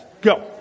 Go